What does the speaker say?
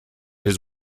his